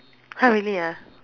!huh! really ah